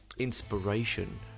Inspiration